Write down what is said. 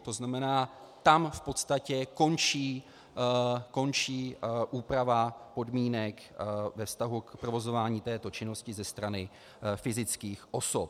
To znamená, tam v podstatě končí úprava podmínek ve vztahu k provozování této činnosti ze strany fyzických osob.